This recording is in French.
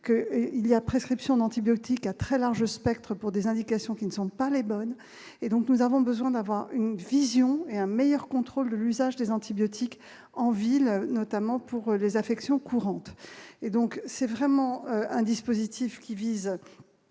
que, il y a prescription d'antibiotiques à très large spectre pour des indications qui ne sont pas les bonnes, et donc nous avons besoin d'avoir une vision et un meilleur contrôle de l'usage des antibiotiques en ville, notamment pour les affections courantes et donc c'est vraiment un dispositif qui vise